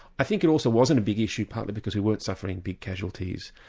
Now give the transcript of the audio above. i think it also wasn't a big issue partly because we weren't suffering big casualties.